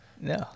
No